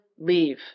leave